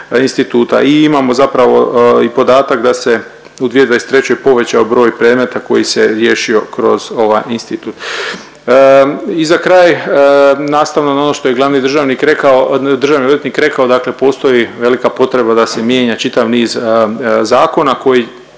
I imamo zapravo i podatak da se u 2023. povećao broj predmeta koji se riješio kroz ovaj institut. I za kraj nastavno na ono što je glavni državnik rekao, državni odvjetnik rekao dakle postoji velika potreba da se mijenja čitav niz zakona koji